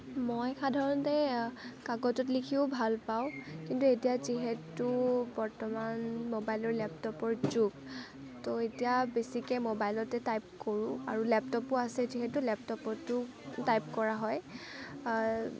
মই সাধাৰণতে কাকতত লিখিও ভালপাওঁ কিন্তু এতিয়া যিহেতু বৰ্তমান মবাইলৰ লেপটপৰ যুগ ত' এতিয়া বেছিকে মবাইলতে টাইপ আৰু লেপটপো আছে যিহেতু লেপটপতো টাইপ কৰা হয়